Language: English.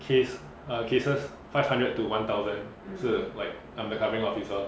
case uh cases five hundred to one thousand 是 like I'm the covering officer